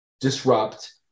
disrupt